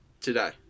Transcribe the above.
today